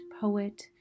poet